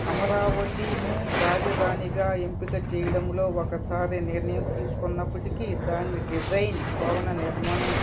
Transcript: అమరావతిను రాజధానిగా ఎంపిక చేయడంలో ఒకసారి నిర్ణయం తీసుకున్నప్పటికీ దాని డిజైన్ భవన నిర్మాణం